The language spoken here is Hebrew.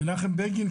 מנחם בגין,